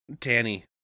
Tanny